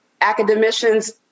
academicians